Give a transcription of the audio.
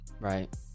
Right